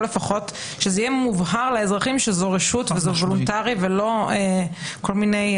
לפחות שזה יהיה מובהר לאזרחים שזו רשות ושזה וולונטרי ולא כל מיני